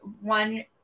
one